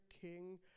king